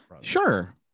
Sure